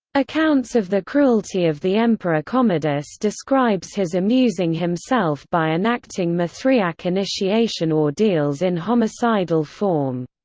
accounts of the cruelty of the emperor commodus describes his amusing himself by enacting mithriac initiation ordeals in homicidal form.